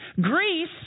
Greece